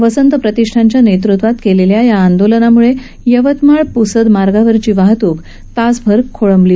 वसंत प्रतिष्ठानच्या नेतृत्वात केलेल्या या आंदोलनाम्ळे यवतमाळ प्सद मार्गावरची वाहतूक तासभर खोळंबली